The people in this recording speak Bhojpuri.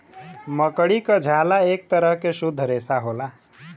मकड़ी क झाला एक तरह के शुद्ध रेसा होला